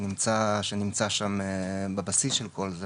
שנמצא שם בבסיס של כל זה,